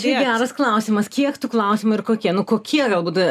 čia geras klausimas kiek tų klausimų ir kokie nu kokie galbūt